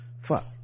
Fuck